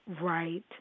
right